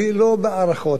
לא בהערכות,